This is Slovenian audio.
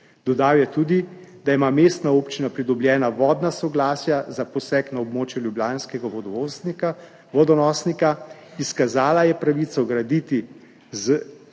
Dodal je tudi, da ima mestna občina pridobljena vodna soglasja za poseg na območju ljubljanskega vodonosnika. Izkazala je pravico graditi